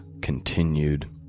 continued